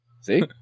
See